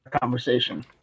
conversation